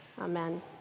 Amen